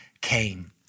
came